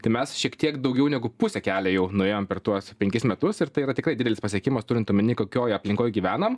tai mes šiek tiek daugiau negu pusę kelio jau nuėjom per tuos penkis metus ir tai yra tikrai didelis pasiekimas turint omeny kokioj aplinkoj gyvenam